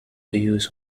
views